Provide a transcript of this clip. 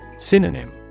Synonym